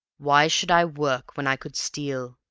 why should i work when i could steal?